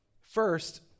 First